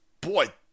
Boy